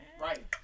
Right